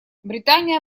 британия